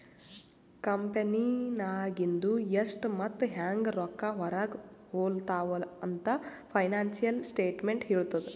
ಕಂಪೆನಿನಾಗಿಂದು ಎಷ್ಟ್ ಮತ್ತ ಹ್ಯಾಂಗ್ ರೊಕ್ಕಾ ಹೊರಾಗ ಹೊಲುತಾವ ಅಂತ್ ಫೈನಾನ್ಸಿಯಲ್ ಸ್ಟೇಟ್ಮೆಂಟ್ ಹೆಳ್ತುದ್